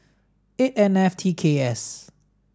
eight N F T K S